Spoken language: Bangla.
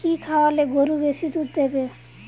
কি খাওয়ালে গরু বেশি দুধ দেবে?